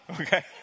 Okay